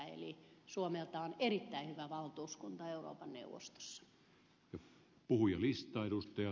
eli suomelta on erittäin hyvä valtuuskunta euroopan neuvostossa